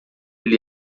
ele